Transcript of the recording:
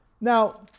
Now